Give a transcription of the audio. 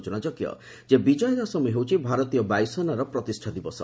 ସୂଚନାଯୋଗ୍ୟ ଯେ ବିଜୟା ଦଶମୀ ହେଉଛି ଭାରତୀୟ ବାୟୁସେନାର ପ୍ରତିଷ୍ଠା ଦିବସ